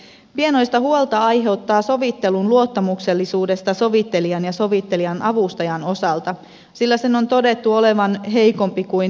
pienoista huolta aiheutuu sovittelun luottamuksellisuudesta sovittelijan ja sovittelijan avustajan osalta sillä sen on todettu olevan heikompi kuin esimerkiksi lääkäreillä